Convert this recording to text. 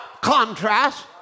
contrast